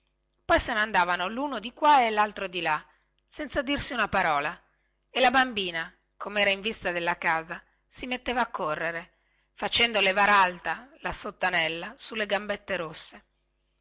poi se ne andavano luno di qua e laltro di là senza dirsi una parola e la bambina comera in vista della casa si metteva a correre facendo levar alta la sottanella sulle gambette rosse